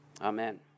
Amen